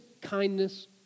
kindness